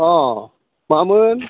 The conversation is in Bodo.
अ मामोन